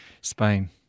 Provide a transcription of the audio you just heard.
Spain